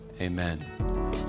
amen